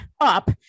up